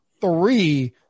three